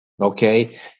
okay